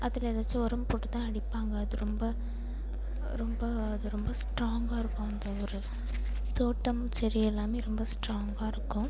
அதில் ஏதாச்சும் உரம் போட்டு தான் அடிப்பாங்க அது ரொம்ப ரொம்ப அது ரொம்ப ஸ்ட்ராங்காக இருக்கும் அந்த ஒரு தோட்டமும் சரி எல்லாமே ரொம்ப ஸ்ட்ராங்காக இருக்கும்